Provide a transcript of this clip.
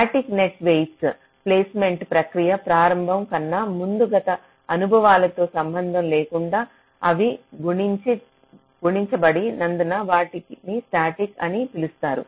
static net weights placement ప్రక్రియ ప్రారంభం కన్నా ముందు గత అనుభవాలతో సంబంధం లేకుండా అవి గుణించ బడి నందున వాటిని స్టాటిక్ అని పిలుస్తారు